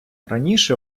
раніше